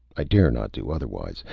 i dare not do otherwise.